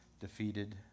defeated